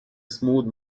smooth